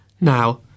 Now